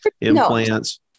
implants